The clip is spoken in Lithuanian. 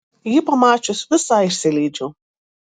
jį pamačius visai išsilydžiau